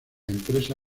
empresa